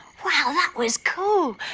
wow! that was cool,